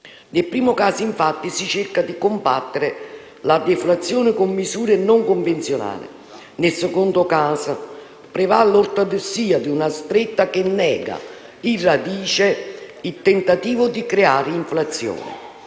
Nel primo caso, infatti, si cerca di combattere la deflazione con misure non convenzionali. Nel secondo prevale l'ortodossia ed una stretta che nega, in radice, il tentativo di creare inflazione,